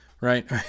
right